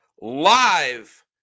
live